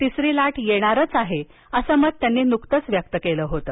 तिसरी लाट येणारच आहे असं मत त्यांनी नुकतंच व्यक्त केलं होतं